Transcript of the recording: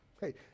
Hey